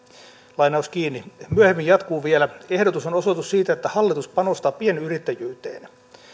myöhemmin jatkuu vielä ehdotus on osoitus siitä että hallitus panostaa pienyrittäjyyteen